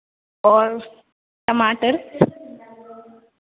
और टमाटर